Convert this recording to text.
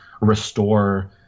restore